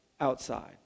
outside